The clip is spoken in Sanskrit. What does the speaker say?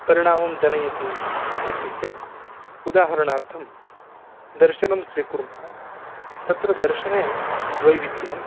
परिणामं जनयति इत्युक्ते उदाहरणार्थं दर्शनं स्वीकुर्मः तत्र दर्शने द्वैविध्यम्